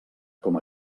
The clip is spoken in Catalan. com